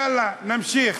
יאללה, נמשיך.